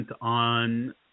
on